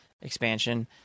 expansion